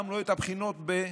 גם לא את הבחינות בתנ"ך.